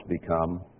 become